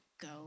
go